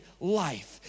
life